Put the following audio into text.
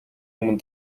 өмнө